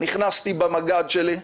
נכנסתי במג"ד שלי.